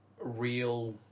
real